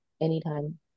anytime